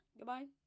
goodbye